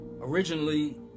Originally